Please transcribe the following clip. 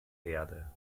erde